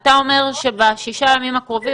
אתה אומר שבשישה הימים הקרובים,